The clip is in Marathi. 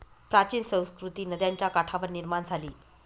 प्राचीन संस्कृती नद्यांच्या काठावर निर्माण झाली